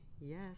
yes